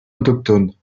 autochtones